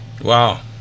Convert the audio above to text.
Wow